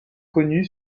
connue